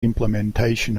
implementation